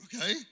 okay